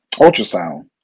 ultrasound